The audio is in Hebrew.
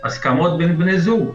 בין בני זוג.